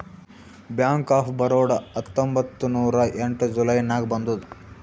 bank of Baroda ಹತ್ತೊಂಬತ್ತ್ ನೂರಾ ಎಂಟ ಜುಲೈ ನಾಗ್ ಬಂದುದ್